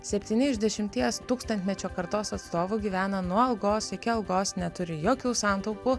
septyni iš dešimties tūkstantmečio kartos atstovų gyvena nuo algos iki algos neturi jokių santaupų